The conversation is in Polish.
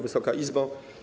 Wysoka Izbo!